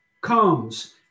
comes